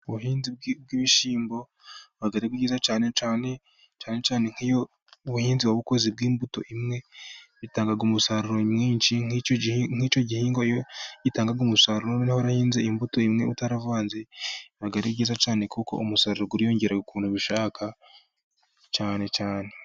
Ubuhinzi bw'ibishyimbo buba ari bwiza cyane, cyane cyane nkiyo nk'ubuhinzi wakoze bw'imbuto imwe bitanga umusaruro mwinshi, nk'icyo gihingwa gitanga umusaruro, noneho warahinze imbuto imwe utaravanze biba ari byiza cyane, kuko umusaruro uriyongera ukuntu ubishaka cyane cyane.